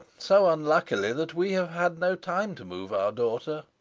so unluckily that we have had no time to move our daughter